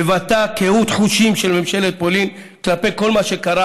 מבטאת קהות חושים של ממשלת פולין כלפי כל מה שקרה